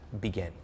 begin